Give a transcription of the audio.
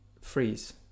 freeze